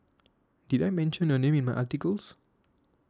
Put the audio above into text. did I mention your name in my articles